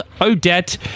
odette